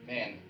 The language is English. Man